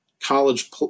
college